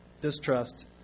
distrust